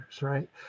right